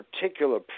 particular